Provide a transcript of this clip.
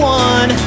one